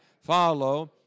follow